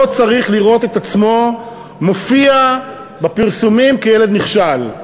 לא צריך לראות את עצמו מופיע בפרסומים כילד נחשל.